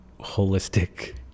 holistic